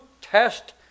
Test